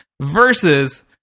versus